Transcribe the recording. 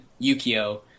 yukio